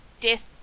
death